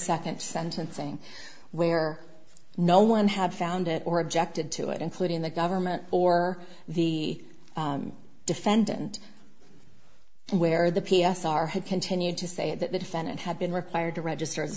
second sentencing where no one had found it or objected to it including the government or the defendant where the p s r had continued to say that the defendant had been required to register a